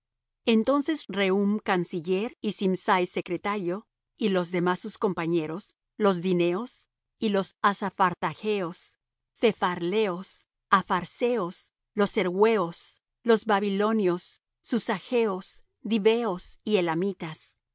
entonces rehum canciller y simsai secretario y los demás sus compañeros los dineos y los apharsathachos thepharleos apharseos los ercheos los babilonios susaschos dieveos y elamitas y